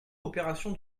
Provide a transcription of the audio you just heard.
opération